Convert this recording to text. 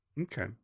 Okay